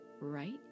right